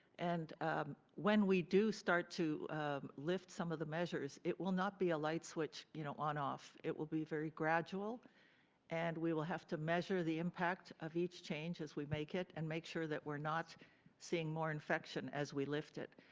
and ah when we do start to lift some of the measures, it will not be a light switch, you know on off. it will be very gradual and we will have to measure the impact of each change as we make it, and make sure we're not seeing more infection as we lift it.